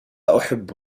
أحب